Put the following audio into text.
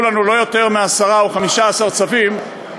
לנו לא יותר מעשרה או 15 צווים גג,